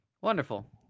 Wonderful